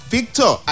Victor